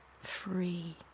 Free